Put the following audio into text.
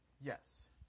Yes